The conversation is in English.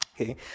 Okay